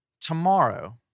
tomorrow